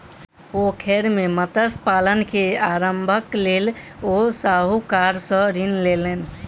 पोखैर मे मत्स्य पालन के आरम्भक लेल ओ साहूकार सॅ ऋण लेलैन